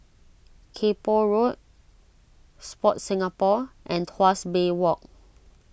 Kay Poh Road Sport Singapore and Tuas Bay Walk